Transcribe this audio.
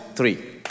three